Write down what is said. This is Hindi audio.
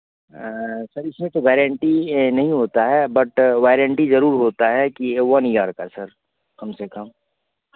सर इसमें तो वारंटी नहीं होता है बट वारंटी ज़रूर होता है कि वन इयर का सर कम से कम